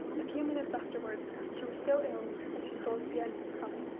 a few minutes afterwards she was so ill that she thought the end was come.